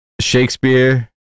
Shakespeare